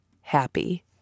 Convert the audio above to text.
happy